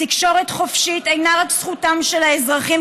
תקשורת חופשית אינה רק זכותם של האזרחים